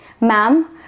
ma'am